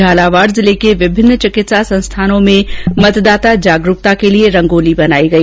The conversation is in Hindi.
झालावाड़ जिले के विभिन्न चिकित्सा संस्थानों में मतदाता जागरूकता के लिए रंगोली बनाई गई